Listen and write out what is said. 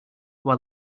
while